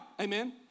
Amen